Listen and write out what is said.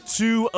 two